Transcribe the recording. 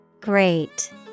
Great